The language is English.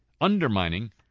undermining